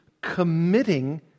committing